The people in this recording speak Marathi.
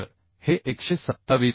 तर हे 127